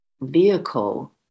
vehicle